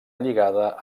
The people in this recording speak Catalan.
lligada